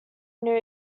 new